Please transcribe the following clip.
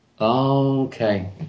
okay